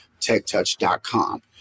techtouch.com